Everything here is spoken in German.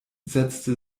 setzte